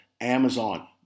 Amazon